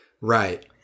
Right